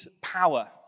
power